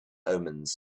omens